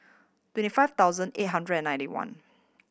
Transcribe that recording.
twenty five thousand eight hundred and ninety one